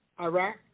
Iraq